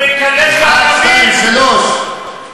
אחד, שניים, שלושה?